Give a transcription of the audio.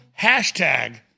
hashtag